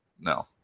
no